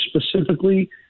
specifically